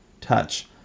Touch